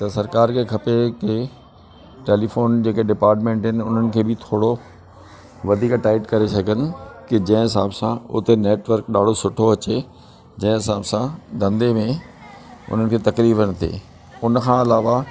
त सरकारु खे खपे की टेलीफोन जेके डिपार्टमेंट आहिनि उन्हनि खे बि थोरो वधीक टाईट करे सघिन की जंहिं हिसाब सां उते नेटवर्क ॾाढो सुठो अचे जंहिं हिसाब सां धंधे में उन्हनि खे तकलीफ़ न थिए उनखां अलावा